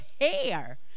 hair